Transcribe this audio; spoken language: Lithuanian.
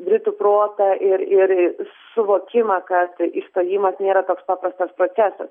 britų protą ir ir į suvokimą kad išstojimas nėra toks paprastas procesas